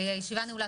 הישיבה נעולה.